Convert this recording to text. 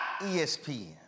ESPN